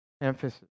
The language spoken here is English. emphasis